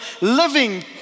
living